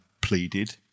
pleaded